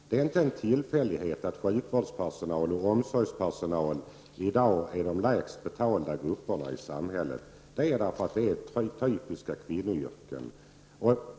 Det är inte en tillfällighet att sjukvårdspersonal och omsorgspersonal i dag är de lägst betalda grupperna i vårt samhälle. Det beror på att de är typiska kvinnoyrken.